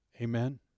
Amen